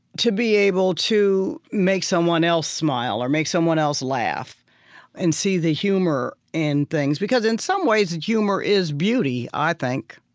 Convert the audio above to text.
to be able to make someone else smile or make someone else laugh and see the humor in things. because in some ways, humor is beauty, i think,